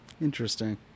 Interesting